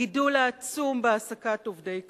הגידול העצום בהעסקת עובדי קבלן,